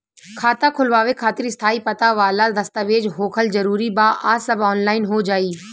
खाता खोलवावे खातिर स्थायी पता वाला दस्तावेज़ होखल जरूरी बा आ सब ऑनलाइन हो जाई?